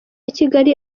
kigali